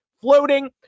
floating